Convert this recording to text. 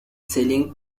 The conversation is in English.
selling